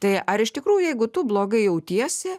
tai ar iš tikrųjų jeigu tu blogai jautiesi